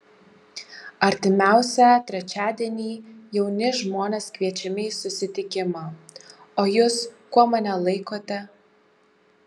artimiausią trečiadienį jauni žmonės kviečiami į susitikimą o jūs kuo mane laikote